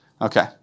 Okay